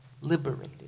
liberated